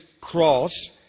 cross